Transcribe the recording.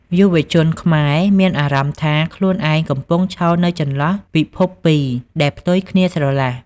យុវជនខ្មែរមានអារម្មណ៍ថាខ្លួនឯងកំពុងឈរនៅចន្លោះពិភពពីរដែលផ្ទុយគ្នាស្រឡះ។